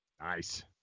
Nice